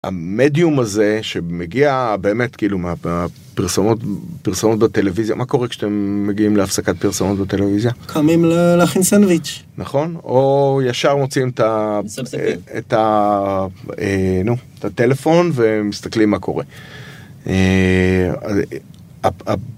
המדיום הזה שמגיע באמת כאילו מה פרסומות פרסומות בטלוויזיה מה קורה כשאתם מגיעים להפסקת פרסומות בטלוויזיה? קמים להכין סנדוויץ' נכון. או ישר מוציאים את ה..נו, את הטלפון ומסתכלים מה קורה.